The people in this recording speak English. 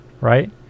right